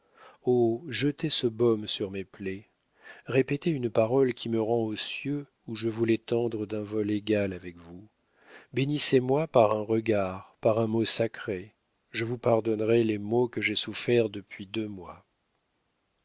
jetez ce baume sur mes plaies répétez une parole qui me rend aux cieux où je voulais tendre d'un vol égal avec vous bénissez-moi par un regard par un mot sacré je vous pardonnerai les maux que j'ai soufferts depuis deux mois